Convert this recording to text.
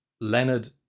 Leonard